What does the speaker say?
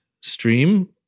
stream